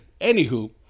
Anywho